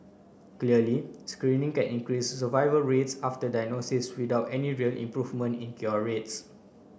clearly screening can increase survival rates after diagnosis without any real improvement in cure rates